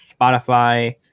Spotify